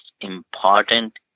important